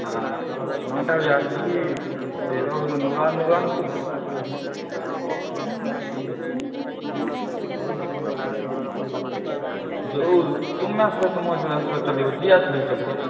ହଁ ନଅଟା ବଜେ ଆସିକି ଯେଉଁ ତୁମେ ନ ଆସିଲେ ତୁମ ହଜବେଣ୍ଡ ଆସିଲେ ଚଳିବ ଯିଏ ଆସିଲେ ଚଳିବ